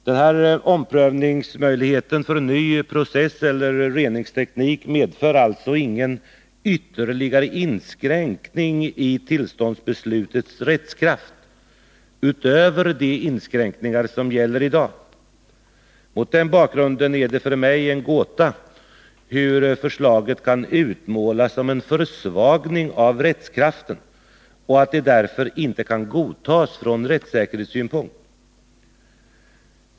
Den här möjligheten till omprövning när det gäller ny processeller reningsteknik medför alltså ingen ytterligare inskränkning i tillståndsbesluts rättskraft utöver de inskränkningar som gäller i dag. Mot den bakgrunden är det för mig en gåta hur förslaget kan utmålas som en försvagning av rättskraften och att det därför inte kan godtas från rättssäkerhetssynpunkt.